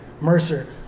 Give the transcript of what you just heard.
Mercer